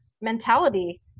mentality